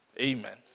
Amen